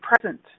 present